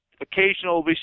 occasional